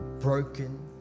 broken